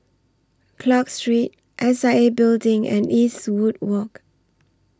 Clarke Street S I A Building and Eastwood Walk